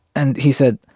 and he said,